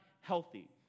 healthy